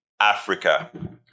africa